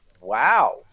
wow